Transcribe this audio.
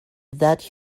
that